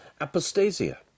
apostasia